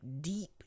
deep